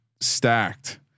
stacked